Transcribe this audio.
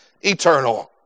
eternal